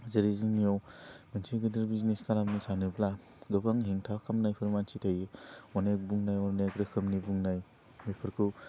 जेरै जोंनियाव मोनसे गिदिर बिजिनेस खालामनो सानोब्ला गोबां हेंथा खालामनाय फोरमायथि थायो अनेक बुंनाय अनेक रोखोमनि बुंनाय बेफोरखौ